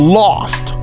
lost